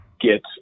get